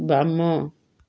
ବାମ